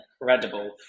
incredible